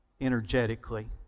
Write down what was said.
energetically